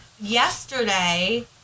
yesterday